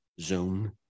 zone